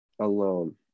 alone